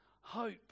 hope